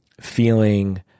feeling